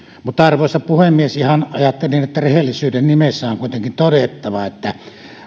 mutta arvoisa puhemies ihan ajattelin että rehellisyyden nimissä on kuitenkin todettava että